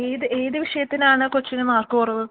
ഏത് ഏത് വിഷയത്തിനാണ് കൊച്ചിന് മാർക്ക് കുറവ്